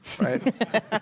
right